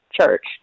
church